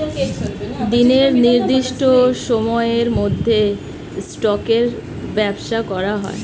দিনের নির্দিষ্ট সময়ের মধ্যে স্টকের ব্যবসা করা হয়